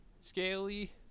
Scaly